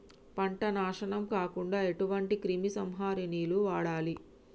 పంట నాశనం కాకుండా ఎటువంటి క్రిమి సంహారిణిలు వాడాలి?